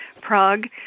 Prague